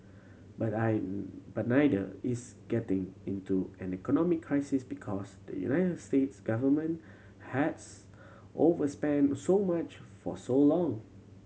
but I but neither is getting into an economic crisis because the United States government has overspent so much for so long